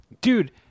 Dude